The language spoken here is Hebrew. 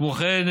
כמו כן,